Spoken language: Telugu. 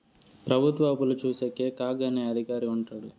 ప్రభుత్వ అప్పులు చూసేకి కాగ్ అనే అధికారి ఉంటాడు